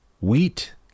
Wheat